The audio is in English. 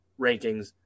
rankings